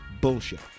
bullshit